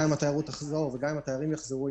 גם אם התיירות והתיירים יחזרו,